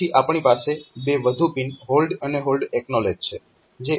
પછી આપણી પાસે બે વધુ પિન HOLD અને HLDA હોલ્ડ એક્નોલેજ છે